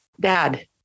dad